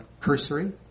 cursory